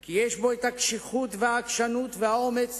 כי יש בו הקשיחות והעקשנות והאומץ